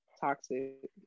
toxic